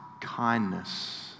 kindness